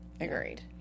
Agreed